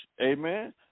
Amen